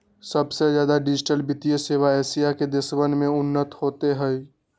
सबसे ज्यादा डिजिटल वित्तीय सेवा एशिया के देशवन में उन्नत होते हई